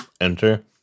Enter